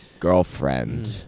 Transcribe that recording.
Girlfriend